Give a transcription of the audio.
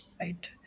right